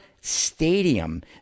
Stadium